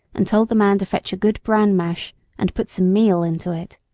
and told the man to fetch a good bran mash and put some meal into it.